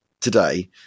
today